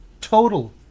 total